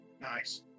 nice